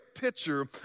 picture